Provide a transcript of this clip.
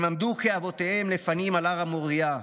הם עמדו כאבותיהם לפנים על הר המוריה.